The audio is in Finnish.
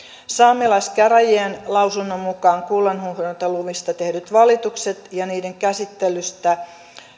saamelaiskäräjien lausunnon mukaan kullanhuuhdontaluvista tehdyt valitukset ja niiden käsittelystä